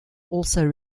also